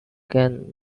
can